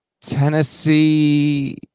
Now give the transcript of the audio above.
Tennessee